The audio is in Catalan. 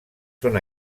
són